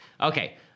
Okay